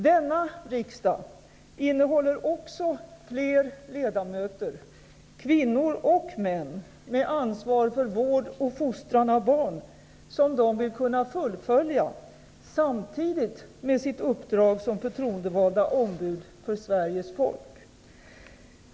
Denna riksdag innehåller också fler ledamöter - kvinnor och män - med ansvar för vård och fostran av barn, som de vill kunna fullfölja samtidigt med sitt uppdrag som förtroendevalda ombud för Sveriges folk.